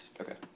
Okay